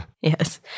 Yes